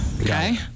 Okay